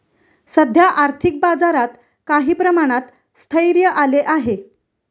सध्या आर्थिक बाजारात काही प्रमाणात स्थैर्य आले आहे